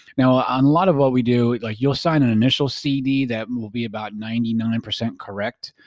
now a and lot of what we do, like you'll assign an initial cd that will be about ninety nine percent correct,